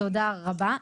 תודה רבה.